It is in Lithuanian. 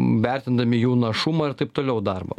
vertindami jų našumą ir taip toliau darbo